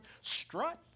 strut